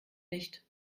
nicht